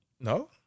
No